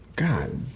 God